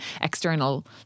external